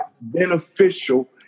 beneficial